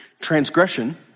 Transgression